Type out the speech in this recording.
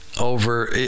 over